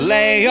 Lay